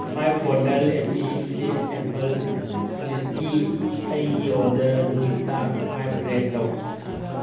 five bottle appy fizz apple ꯖꯨꯁꯀꯤ ꯑꯩꯒꯤ order ꯑꯗꯨ ꯏꯁꯇꯥꯔ ꯐꯥꯏꯞ ꯔꯦꯠ ꯇꯧ